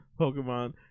Pokemon